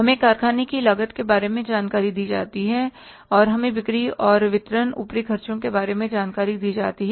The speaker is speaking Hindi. हमें कारखाने की लागत के बारे में जानकारी दी जाती है और हमें बिक्री और वितरण ऊपरी खर्चे के बारे में जानकारी दी जाती है